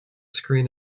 screen